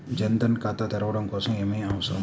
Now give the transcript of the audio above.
జన్ ధన్ ఖాతా తెరవడం కోసం ఏమి అవసరం?